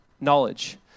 knowledge